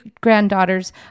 granddaughters